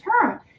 term